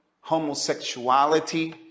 homosexuality